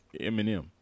eminem